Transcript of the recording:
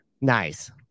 Nice